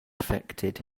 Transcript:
affected